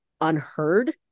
unheard